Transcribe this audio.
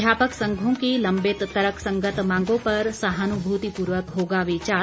अध्यापक संघों की लंबित तर्कसंगत मांगों पर सहानुभूतिपूर्वक होगा विचार